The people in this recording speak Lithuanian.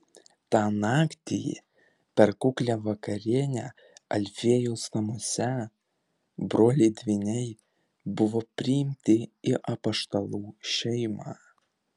tą naktį per kuklią vakarienę alfiejaus namuose broliai dvyniai buvo priimti į apaštalų šeimą